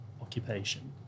occupation